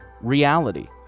reality